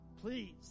please